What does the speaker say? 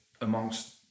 amongst